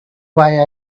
why